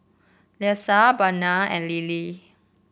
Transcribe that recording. Leisa Bianca and Lilly